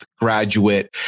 graduate